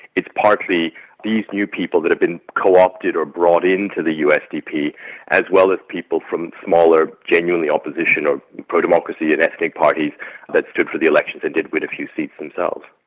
it's partly these new people that have been co-opted or brought into the usdp as well as people from smaller, genuinely opposition or pro-democracy and ethnic parties that stood for the elections and did win a few seats themselves.